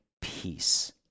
peace